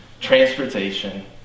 transportation